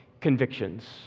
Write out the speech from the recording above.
convictions